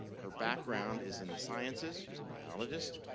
her background is in the sciences. she's a biologist.